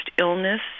illness